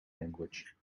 language